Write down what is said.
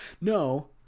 No